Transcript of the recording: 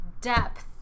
depth